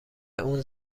اون